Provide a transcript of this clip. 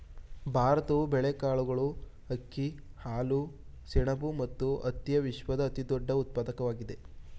ಭಾರತವು ಬೇಳೆಕಾಳುಗಳು, ಅಕ್ಕಿ, ಹಾಲು, ಸೆಣಬು ಮತ್ತು ಹತ್ತಿಯ ವಿಶ್ವದ ಅತಿದೊಡ್ಡ ಉತ್ಪಾದಕವಾಗಿದೆ